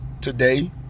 today